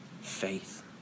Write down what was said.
faith